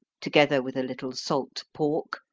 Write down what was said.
together with a little salt pork,